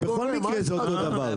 בכל מקרה זה אותו דבר.